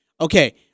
Okay